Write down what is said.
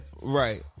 Right